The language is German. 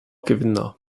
gewinner